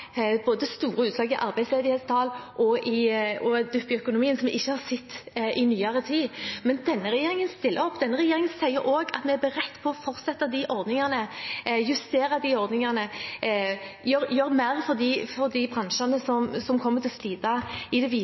som vi ikke har sett i nyere tid. Men denne regjeringen stiller opp. Denne regjeringen sier også at vi er beredt til å fortsette ordningene, justere ordningene, gjøre mer for de bransjene som kommer til å slite i det